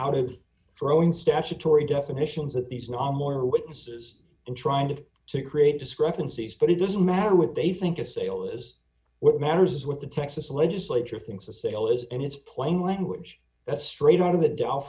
of throwing statutory definitions at these na more witnesses and trying to create discrepancies but it doesn't matter what they think a sale is what matters is what the texas legislature thinks the sale is and it's plain language that's straight out of the do